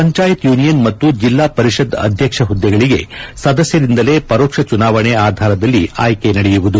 panchayat union ಮತ್ತು ಜಿಲ್ಲಾ ಪರಿಷದ್ ಅಧ್ಯಕ್ಷ ಹುದ್ದೆಗಳಿಗೆ ಸದಸ್ಯರಿಂದಲೇ ಪರೋಕ್ಷ ಚುನಾವಣೆ ಆಧಾರದಲ್ಲಿ ಆಯ್ಕೆ ನಡೆಯುವುದು